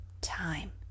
time